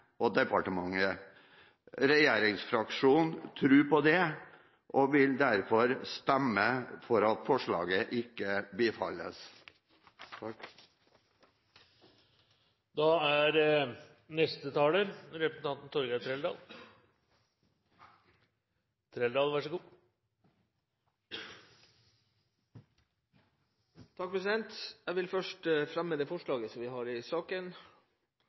departementet. Regjeringsfraksjonen tror på det og vil derfor stemme for at forslaget ikke bifalles. Jeg vil først fremme det forslaget vi har i saken.